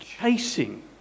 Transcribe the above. chasing